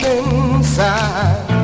inside